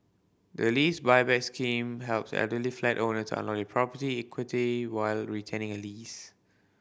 the Lease Buyback Scheme helps elderly flat owners unlock their property equity while retaining a lease